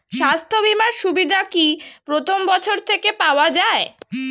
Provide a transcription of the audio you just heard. স্বাস্থ্য বীমার সুবিধা কি প্রথম বছর থেকে পাওয়া যায়?